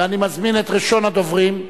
אני מזמין את ראשון הדוברים,